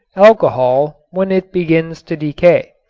alcohol when it begins to decay.